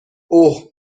اُه